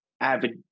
avid